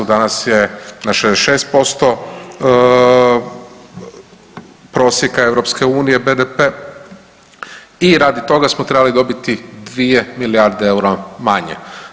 Danas je na 66% prosjeka EU BDP i radi toga smo trebali dobiti 2 milijarde eura manje.